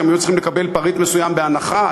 שהם היו צריכים לקבל פריט מסוים בהנחה,